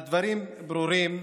הדברים ברורים.